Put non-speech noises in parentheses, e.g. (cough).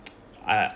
(noise) I